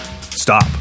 stop